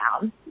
down